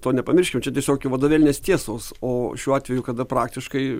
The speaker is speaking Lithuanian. to nepamirškim čia tiesiog jų vadovėlinės tiesos o šiuo atveju kada praktiškai